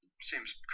seems